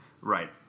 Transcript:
Right